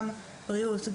גם בריאות,